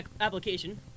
application